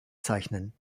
zeichnen